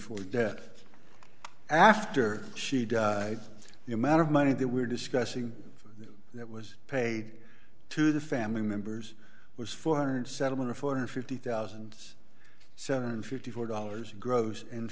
for death after she died the amount of money that we're discussing that was paid to the family members was four hundred dollars settlement or four hundred and fifty thousand seven hundred and fifty four dollars gross